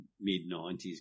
mid-90s